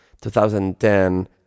2010